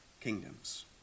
kingdoms